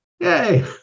Yay